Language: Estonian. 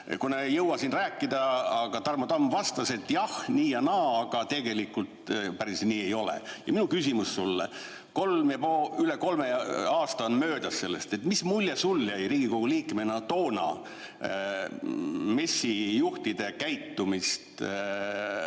[täpsemalt] rääkida, aga Tarmo Tamm vastas, et jah, nii ja naa, aga tegelikult päris nii ei ole. Ja minu küsimus sulle: üle kolme aasta on möödas sellest, mis mulje jäi sulle kui Riigikogu liikmele toona MES-i juhtide käitumisest